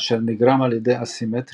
אשר נגרם על ידי אסימטריות